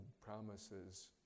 promises